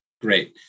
great